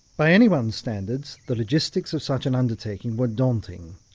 by anyone's standards, the logistics of such an undertaking were daunting.